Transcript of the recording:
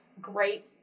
great